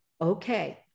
Okay